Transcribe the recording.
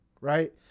right